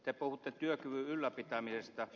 te puhutte työkyvyn ylläpitämisestä